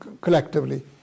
collectively